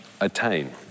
attain